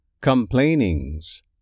Complainings